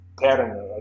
pattern